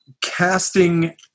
casting